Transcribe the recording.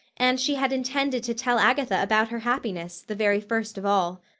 and she had intended to tell agatha about her happiness, the very first of all.